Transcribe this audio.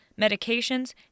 medications